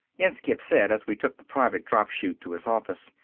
inskipp said as we took the private drop chute to his office.